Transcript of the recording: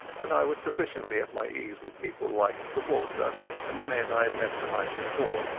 and i was sufficiently at my ease with people like sir walter and the men i had met the night before.